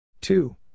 two